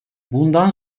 bundan